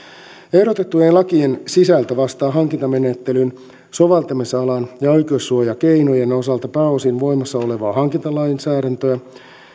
ehdotettujen lakien sisältö vastaa hankintamenettelyn soveltamisalan ja oikeussuojakeinojen osalta pääosin voimassa olevaa hankintalainsäädäntöä